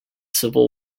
civil